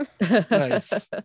Nice